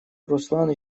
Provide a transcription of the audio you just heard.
руслан